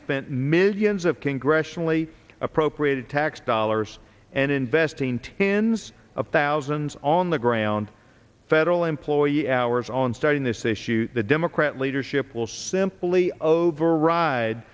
spent millions of congressionally appropriated tax dollars and investing tens of thousands on the ground federal employee at hours on starting this issue the democrat leadership will simply override